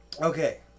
Okay